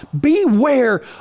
Beware